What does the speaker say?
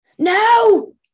No